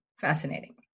Fascinating